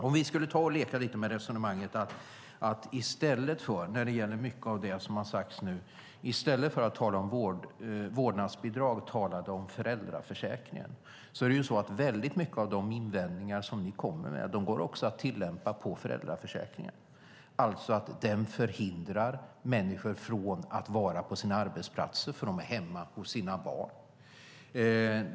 Om vi när det gäller mycket av det som har sagts nu skulle ta och leka lite med resonemanget och i stället för att tala om vårdnadsbidrag tala om föräldraförsäkringen är det så att väldigt mycket av de invändningar ni kommer med också går att tillämpa på föräldraförsäkringen, alltså att den förhindrar människor från att vara på sina arbetsplatser eftersom de är hemma hos sina barn.